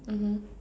mmhmm